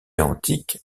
antique